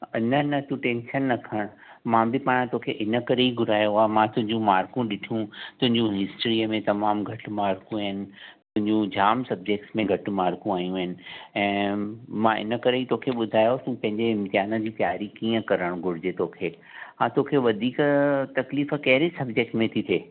न न तूं टैंशन न खण मां बि पाणि तोखे इनकरे ई घुरायो आहे मां तुहिंजियूं मार्कूं ॾिठियूं तुहिंजियूं हिस्ट्रीअ में तमामु घटि मार्कूं आहिनि तुहिंजियूं जाम सब्जैक्ट्स में घटि मार्कूं आयूं आहिनि ऐं मां इनकरे ई तोखे ॿुधायो तूं पंहिंजे इम्तिहान जी तयारी कीअं करणु घुरिजे तोखे हा तोखे वधीक तकलीफ़ कहिड़े सब्जैक्ट में थी थिए